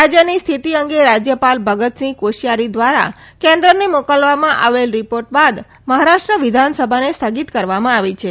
રાજ્યની સ્થિતિ અંગે રાજ્યપાલ ભગતસિંહ કોશીયારી દ્વારા કેન્દ્રને મોકલવામાં આવેલ રિપોર્ટ બાદ મહારાષ્ટ્ર વિધાનસભાને સ્થગિત કરવામાં આવી છે